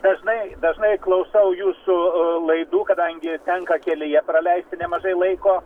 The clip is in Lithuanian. dažnai dažnai klausau jūsų laidų kadangi tenka kelyje praleisti nemažai laiko